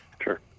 Sure